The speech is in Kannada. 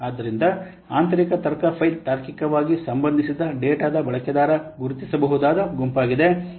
ಆದ್ದರಿಂದ ಆಂತರಿಕ ತರ್ಕ ಫೈಲ್ ತಾರ್ಕಿಕವಾಗಿ ಸಂಬಂಧಿಸಿದ ಡೇಟಾದ ಬಳಕೆದಾರ ಗುರುತಿಸಬಹುದಾದ ಗುಂಪಾಗಿದೆ